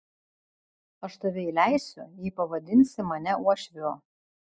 aš tave įleisiu jei pavadinsi mane uošviu